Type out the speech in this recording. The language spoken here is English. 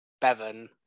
Bevan